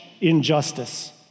injustice